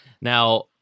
Now